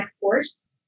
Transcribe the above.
force